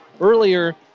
earlier